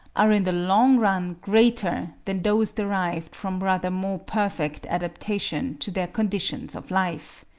are in the long run greater than those derived from rather more perfect adaptation to their conditions of life.